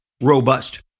robust